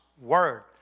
word